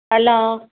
hello